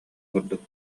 курдук